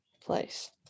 place